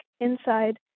inside